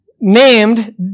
named